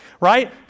right